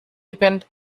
depend